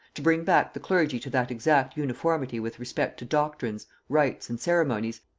to bring back the clergy to that exact uniformity with respect to doctrines, rites, and ceremonies,